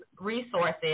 resources